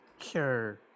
Sure